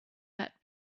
that